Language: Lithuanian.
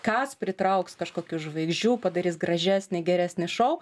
kas pritrauks kažkokių žvaigždžių padarys gražesnį geresnį šou